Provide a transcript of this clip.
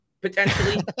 potentially